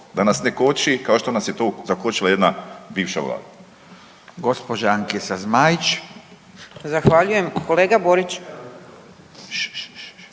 Da nas ne koči kao što nas je to zakočila jedna bivša vlada.